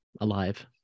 Alive